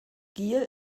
gier